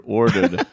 ordered